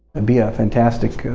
and be a fantastic